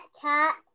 cat